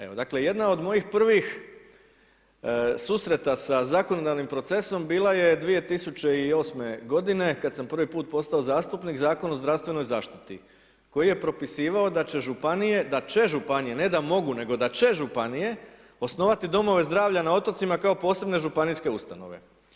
Evo, dakle, jedna od mojih prvih susreta sa zakonodavnim procesom, bila je 2008. g. kada sam prvi puta postao zastupnik Zakon o zdravstvenoj zaštiti, koji je propisivao, da će županije, ne da mogu, nego da će županije osnovati domove zdravlja na otocima kao posebne županijske ustanove.